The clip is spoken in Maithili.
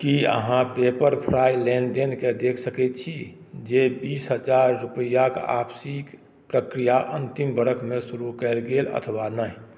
कि अहाँ पेपर फ्राइ लेनदेनके देखि सकैत छी जे बीस हजार रुपैआक आपसीक प्रक्रिया अंतिम बरख मे शुरू कयल गेल अथवा नहि